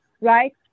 right